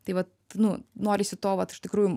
tai vat nu norisi to vat iš tikrųjų